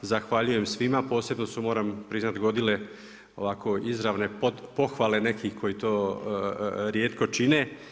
Zahvaljujem svima a posebno su moram priznati godile ovako izravne pohvale nekih koji to rijetko čine.